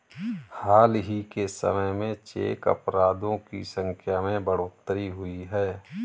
हाल ही के समय में चेक अपराधों की संख्या में बढ़ोतरी हुई है